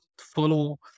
follow